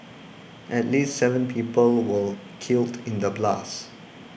at least seven people were killed in the blasts